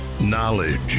Knowledge